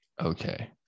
okay